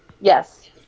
Yes